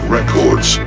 Records